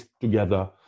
together